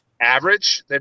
average